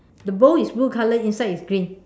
the bow is blue color inside is green